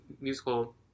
Musical